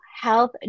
health